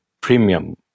premium